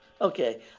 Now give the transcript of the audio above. Okay